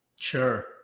Sure